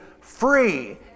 free